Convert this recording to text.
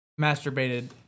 masturbated